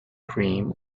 cream